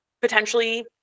potentially